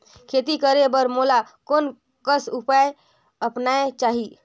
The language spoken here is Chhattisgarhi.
खेती करे बर मोला कोन कस उपाय अपनाये चाही?